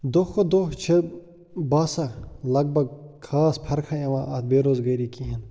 دۄہ کھۄتہٕ دۄہ چھِ باسان لگ بگ خاص فرخا یِوان اَتھ بے روزگٲری کِہیٖنۍ